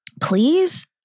Please